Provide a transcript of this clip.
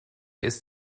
ist